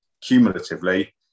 cumulatively